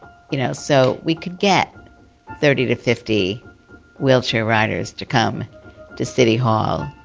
you know so we could get thirty to fifty wheelchair riders to come to city hall.